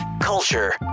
culture